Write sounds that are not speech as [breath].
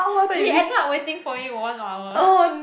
[breath] he end up waiting for me for one hour [laughs]